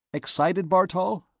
excited, bartol?